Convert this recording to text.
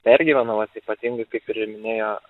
pergyvena vat ypatingai kaip ir minėjo